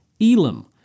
Elam